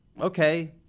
Okay